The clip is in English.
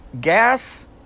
gas